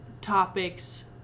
topics